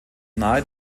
nahe